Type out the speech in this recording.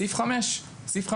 סעיף 5 א'.